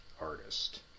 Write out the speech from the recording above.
artist